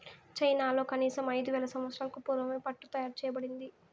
చైనాలో కనీసం ఐదు వేల సంవత్సరాలకు పూర్వమే పట్టు తయారు చేయబడింది